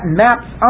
maps